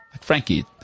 Frankie